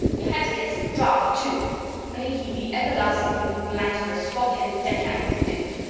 you had to get some draught, too may he be everlastingly blanked for a swab-headed deck-hand if you didnt!